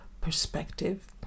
perspective